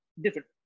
different